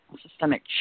systemic